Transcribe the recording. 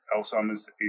Alzheimer's